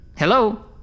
Hello